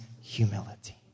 humility